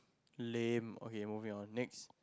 lame okay moving on next